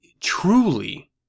truly